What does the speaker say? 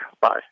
Bye